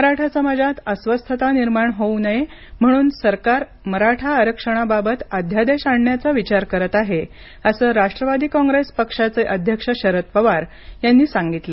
मराठा समाजात अस्वस्थता निर्माण होऊ नये म्हणून सरकार मराठा आरक्षणाबाबत अध्यादेश आणण्याचा विचार करत आहे असं राष्ट्रवादी काँग्रेस पक्षाचे अध्यक्ष शरद पवार यांनी सांगितलं